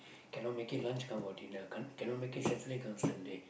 cannot make it lunch come for dinner can't cannot make it Saturday come Sunday